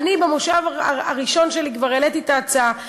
במושב הראשון שלי העליתי את ההצעה.